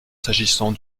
s’agissant